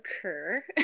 occur